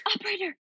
Operator